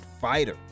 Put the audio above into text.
Fighter